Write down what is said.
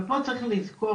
ופה צריך לזכור,